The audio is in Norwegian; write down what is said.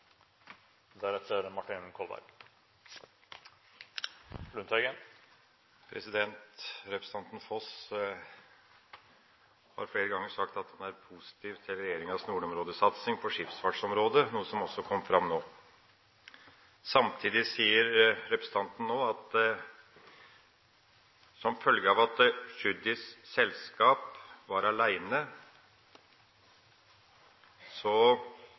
positiv til regjeringas nordområdesatsing på skipsfartsområdet, noe som også kom fram nå. Samtidig sier representanten nå at som følge av at Tschudis selskap var